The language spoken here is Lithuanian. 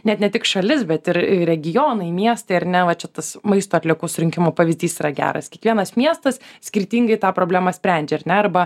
net ne tik šalis bet ir regionai miestai ar ne va čia tas maisto atliekų surinkimo pavyzdys yra geras kiekvienas miestas skirtingai tą problemą sprendžia ar ne arba